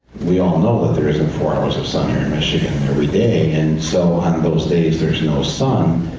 we all know there isn't four hours of sun here in michigan every day, and so on those days there's no sun.